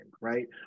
right